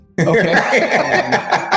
okay